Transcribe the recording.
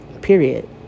Period